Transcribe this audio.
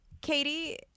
Katie